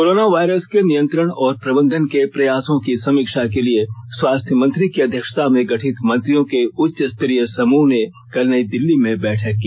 corona virus के नियंत्रण और प्रबंधन के प्रयासों की समीक्षा के लिए स्वास्थ्य मंत्री की अध्यक्षता में गठित मंत्रियों के उच्च स्तरीय समूह ने कल नई दिल्ली में बैठक की